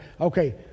okay